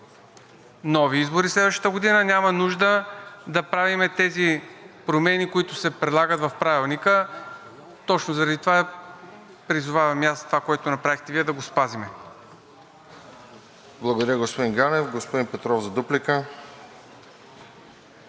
нови избори следващата година, няма нужда да правим тези промени, които се предлагат в Правилника, точно заради това призовавам и аз това, което направихте Вие, да го спазим. ПРЕДСЕДАТЕЛ РОСЕН ЖЕЛЯЗКОВ: Благодаря, господин Ганев. Господин Петров – за дуплика.